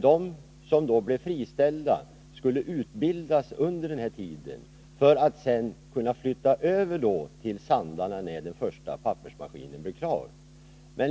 De som blev friställda skulle under mellantiden utbildas för att kunna flytta över till Sandarne när den första pappersmaskinen blev klar. På